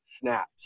snaps